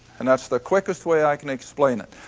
and thats the quickest way i can explain it.